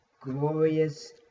glorious